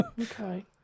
Okay